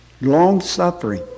long-suffering